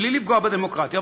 בלי לפגוע בדמוקרטיה.